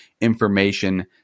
information